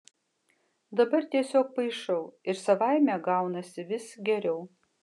dabar tiesiog paišau ir savaime gaunasi vis geriau